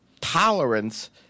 tolerance